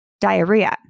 diarrhea